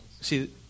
See